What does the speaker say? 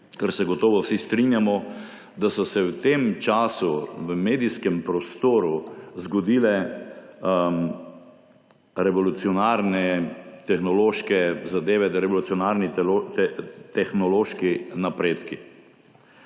ker se gotovo vsi strinjamo, da so se v tem času v medijskem prostoru zgodile revolucionarne tehnološke zadeve, revolucionarni tehnološki napredki.